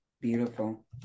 beautiful